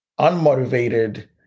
unmotivated